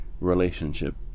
relationship